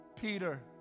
Peter